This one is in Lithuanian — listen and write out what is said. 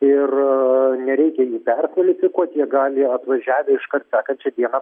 ir nereikia jį perkvalifikuot jie gali atvažiavę iškart sekančią dieną